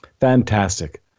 Fantastic